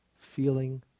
feeling